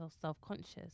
self-conscious